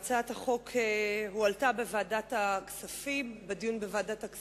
הועלתה הצעת החוק בדיון בוועדת הכספים שהשתתפתי